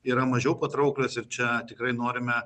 yra mažiau patrauklios ir čia tikrai norime